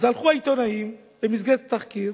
אז הלכו העיתונאים במסגרת התחקיר